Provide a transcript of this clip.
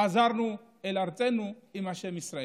חזרנו אל ארצנו עם השם ישראל.